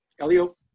Elio